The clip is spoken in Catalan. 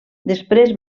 després